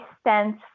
stands